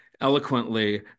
eloquently